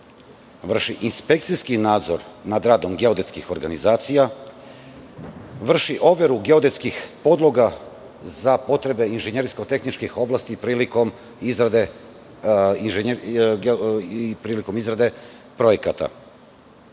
vrši inspekcijski nadzor nad radom geodetskih organizacija, vrši overu geodetskih podloga za potrebe inženjersko-tehničkih oblasti prilikom izrade projekata,